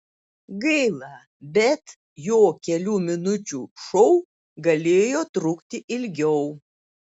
gaila bet jo kelių minučių šou galėjo trukti ilgiau